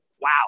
Wow